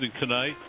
tonight